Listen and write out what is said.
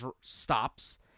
stops